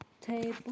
table